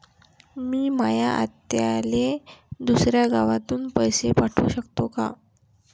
मी माया आत्याले दुसऱ्या गावातून पैसे पाठू शकतो का?